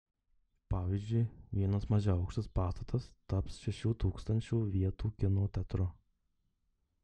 pavyzdžiui vienas mažaaukštis pastatas taps šešių tūkstančių vietų kino teatru